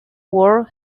word